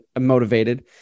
motivated